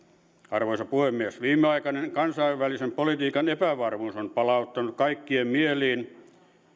arvoisa puhemies viimeaikainen kansainvälisen politiikan epävarmuus on palauttanut kaikkien mieleen